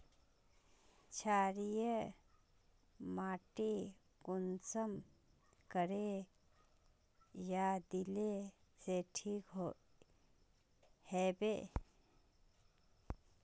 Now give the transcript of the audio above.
क्षारीय माटी कुंसम करे या दिले से ठीक हैबे?